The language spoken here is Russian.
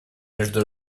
между